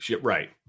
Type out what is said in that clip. Right